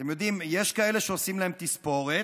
אתם יודעים, יש כאלה שעושים להם תספורת,